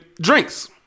drinks